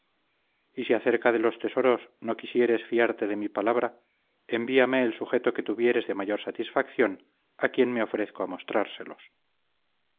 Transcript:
y si acerca de los tesoros no quisieres fiarte de mi palabra envíame el sujeto que tuvieres de mayor satisfacción a quien me ofrezco a mostrárselos